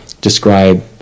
describe